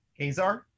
Kazar